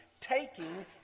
taking